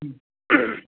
ꯎꯝ